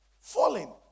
Falling